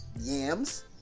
yams